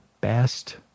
best